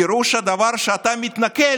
פירוש הדבר שאתה מתנכל